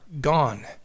gone